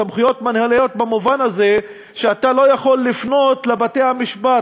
סמכויות מינהליות במובן הזה שאתה לא יכול לפנות לבתי-המשפט